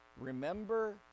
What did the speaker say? Remember